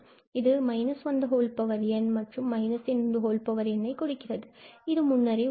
இது n and n இவற்றை கொடுக்கிறது இது முன்னரே உள்ளது